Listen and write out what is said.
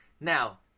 Now